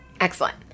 Excellent